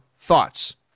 thoughts